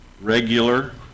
regular